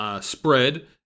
spread